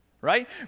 right